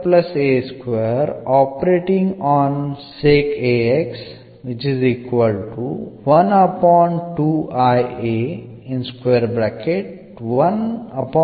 particular സൊലൂഷനെ എന്ന് എഴുതാം